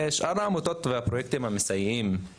שאר העמותות שקיימות והפרויקטים ללהט״בים,